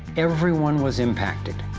everyone was impacted.